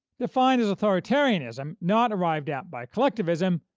defined as authoritarianism not arrived at by collectivism,